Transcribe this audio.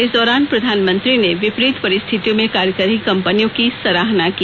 इस दौरान प्रधानमंत्री ने विपरीत परिस्थितियों में कार्य कर रही कंपनियों की सराहना की